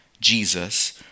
Jesus